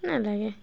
নালাগে